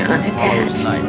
unattached